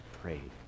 prayed